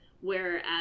Whereas